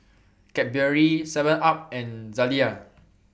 Cadbury Seven up and Zalia